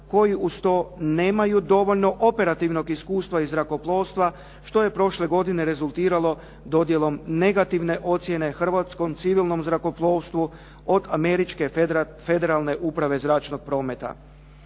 koji uz to nemaju dovoljno operativnog iskustva iz zrakoplovstva što je prošle godine rezultiralo dodjelom negativne ocjene Hrvatskom civilnom zrakoplovstvu od Američke federalne uprave zračnog prometa.